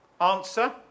Answer